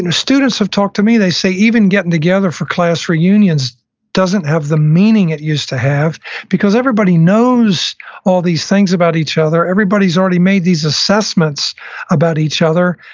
and students have talked to me. they say even getting together for class reunions doesn't have the meaning it used to have because everybody knows all these things about each other. everybody's already made these assessments about each other,